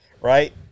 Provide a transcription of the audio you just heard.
Right